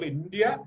India